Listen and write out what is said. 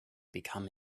become